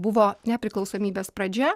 buvo nepriklausomybės pradžia